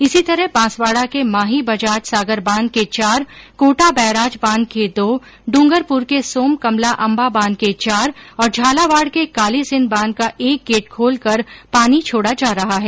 इसी तरह बांसवाड़ा के माही बजाज सागर बांध के चार कोटा बैराज बांध के दो डूंगरपुर के सोम कमला अंबा बांध के चार और झालावाड़ के कालीसिंध बांध का एक गेट खोलकर पानी छोड़ा जा रहा है